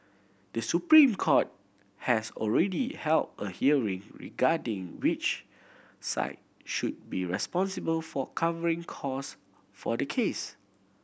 The Supreme Court has already held a hearing regarding which side should be responsible for covering cost for the case